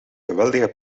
geweldige